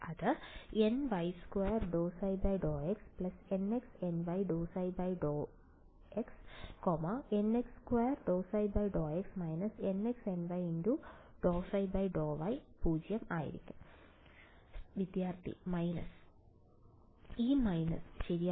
H→tan H→ − H→ · nˆnˆ ny2∂ϕ∂y nxny∂ϕ∂x nx2∂ϕ∂x − nxny∂ϕ∂y 0 വിദ്യാർത്ഥി minus ഇത് minus ശരിയായിരിക്കും